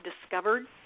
discovered